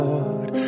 Lord